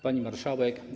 Pani Marszałek!